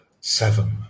seven